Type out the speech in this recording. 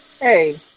Hey